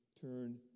turn